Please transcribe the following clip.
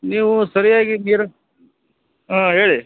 ನೀವು ಸರಿಯಾಗಿ ನೀರು ಆಂ ಹೇಳಿ